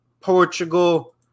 Portugal